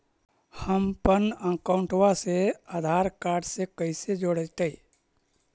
हमपन अकाउँटवा से आधार कार्ड से कइसे जोडैतै?